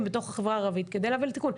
בתוך החברה הערבית כדי להביא לתיקון.